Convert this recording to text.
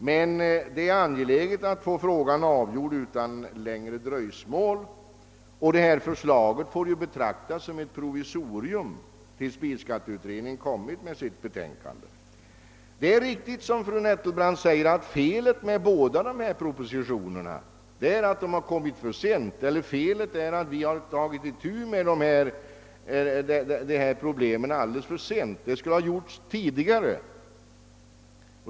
Men det är angeläget att få frågan avgjord utan längre dröjsmål, och den nu föreslagna beskattningen får betraktas som ett provisorium tills bil Det är riktigt som fru Nettelbrandt säger, att vi har tagit itu med dessa problem alldeles för sent — vi skulle ha gjort det tidigare.